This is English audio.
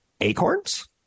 Acorns